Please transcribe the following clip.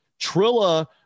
trilla